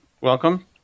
welcome